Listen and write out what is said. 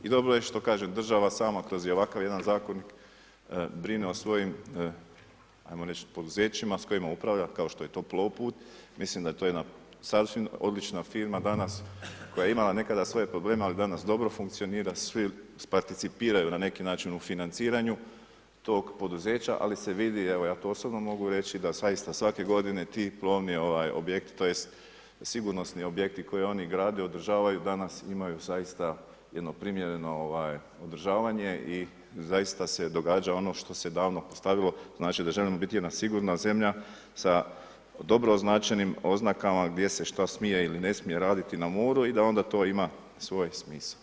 I dobro je što kažem država sama kroz ovakav jedan zakon brine o svojim ajmo reći poduzećima s kojima upravlja kao što je to Plovput, mislim da je to jedna sasvim odlična firma danas, koja je imala nekada svoje probleme, ali danas dobro funkcionira, svi participiraju na neki način u financiranju tog poduzeća ali se vidi evo ja to osobno mogu reći da zaista svake godine ti plovni objekti, tj. sigurnosni objekti koje oni grade, održavaju danas, imaju zaista jedno primjereno održavanje i zaista se događa ono što se davno postavilo, znači da želimo biti jedna sigurna zemlja sa dobro označenim oznakama gdje se šta smije ili ne smije raditi na moru i da onda to ima svoj smisao.